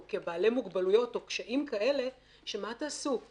או כבעלי מוגבלויות או קשיים כאלה שמה תעשו?